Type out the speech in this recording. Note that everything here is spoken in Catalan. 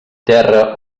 terra